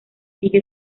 sigue